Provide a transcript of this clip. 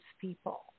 people